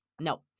No